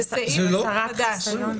זה סעיף חדש.